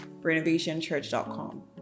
renovationchurch.com